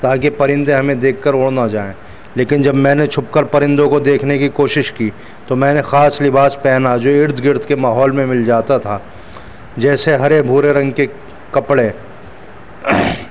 تاکہ پرندے ہمیں دیکھ کر اڑ نہ جائیں لیکن جب میں نے چھپ کر پرندوں کو دیکھنے کی کوشش کی تو میں نے خاص لباس پہنا جو ارد گرد کے ماحول میں مل جاتا تھا جیسے ہرے بھورے رنگ کے کپڑے